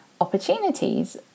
Opportunities